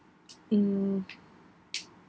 mm